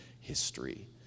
history